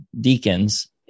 deacons